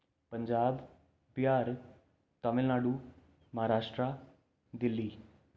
Punjab Bihar Tamil Nadu Maharashtra Delhi